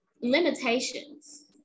limitations